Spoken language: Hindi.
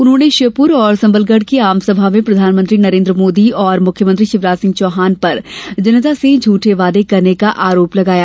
उन्होंने श्योपूर और सबलगढ़ की आमसभा में प्रधानमंत्री नरेन्द्र मोदी और मुख्यमंत्री शिवराजसिंह चौहान पर जनता से झूठे वादे करने का आरोप लगाया